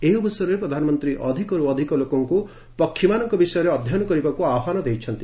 ଏହି ଅବସରରେ ପ୍ରଧାନମନ୍ତ୍ରୀ ଅଧିକରୁ ଅଧିକ ଲୋକଙ୍କୁ ପକ୍ଷୀମାନଙ୍କ ବିଷୟରେ ଅଧ୍ୟୟନ କରିବାକୁ ଆହ୍ୱାନ ଦେଇଛନ୍ତି